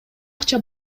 акча